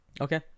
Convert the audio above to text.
Okay